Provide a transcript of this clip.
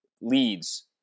leads